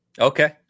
Okay